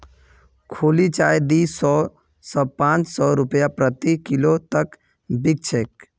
खुली चाय दी सौ स पाँच सौ रूपया प्रति किलो तक बिक छेक